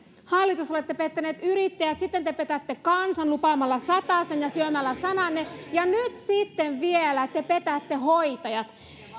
hallitus olette pettäneet yrittäjät sitten te petätte kansan lupaamalla satasen ja syömällä sananne ja nyt sitten vielä te petätte hoitajat